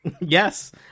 Yes